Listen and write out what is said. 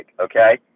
okay